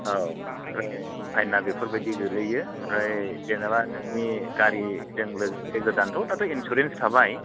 औ ओमफाय फाइना बेफोरबादि गोग्लैयो आमफ्राय जेन'बा नोंनि गारिजों लोगोसे गोदान दाथ' इनसुरेन्स थाबाय